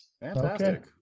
Fantastic